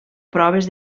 proves